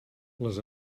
les